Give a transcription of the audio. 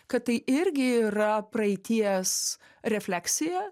kad tai irgi yra praeities refleksija